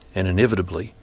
and inevitably,